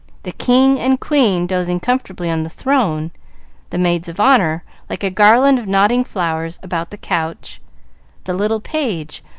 the king and queen dozing comfortably on the throne the maids of honor, like a garland of nodding flowers, about the couch the little page,